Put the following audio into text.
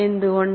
എന്തുകൊണ്ട്